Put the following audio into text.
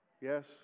Yes